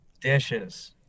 Dishes